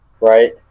right